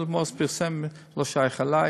פיליפ מוריס פרסם, לא שייך אלי.